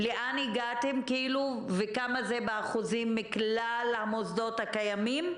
לאן הגעתם וכמה זה באחוזים מכלל המוסדות הקיימים.